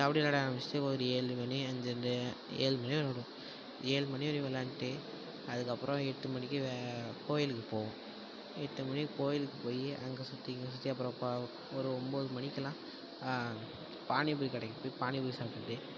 கபடி விள்ளாட ஆரமிச்சு ஒரு ஏழு மணி அதுலருந்து ஒரு ஏழு மணி வரை விள்ளாடுவோம் ஏழு மணி வரையும் விள்ளாண்ட்டு அதுகப்பறம் எட்டு மணிக்கு வே கோயிலுக்கு போவோம் எட்டு மணிக்கு கோயிலுக்கு போய் அங்கே சுற்றி இங்கே சுற்றி அப்புறோம் ப ஒரு ஒரு ஒம்பது மணிக்கெல்லாம் பானிப்பூரி கடைக்கு போய் பானிப்பூரி சாப்பிடுட்டே